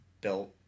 built